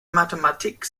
mathematik